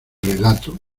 relato